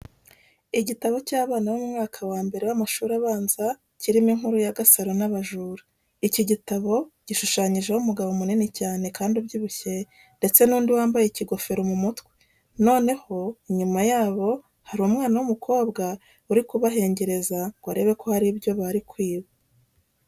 Igitabo cy'abana bo mu mwaka wa mbere w'amashuri abanza kirimo inkuru ya Gasaro n'abajura. Iki gitabo gishushanyijeho umugabo munini cyane kandi ubyibushye ndetse n'undi wambaye ikigofero mu mutwe, noneho inyuma yabo hari umwana w'umukobwa uri kubahengereza ngo arebe ko hari ibyo bari kwiba.